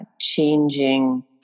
changing